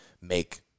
make